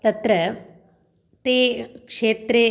तत्र ते क्षेत्रे